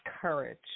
courage